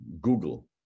Google